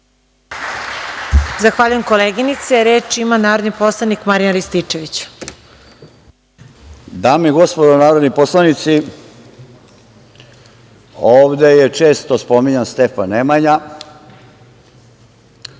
Zahvaljujem, koleginice. Reč ima narodni poslanik Marijan Rističević. **Marijan Rističević** Dame i gospodo narodni poslanici, ovde je često spominjan Stefan Nemanja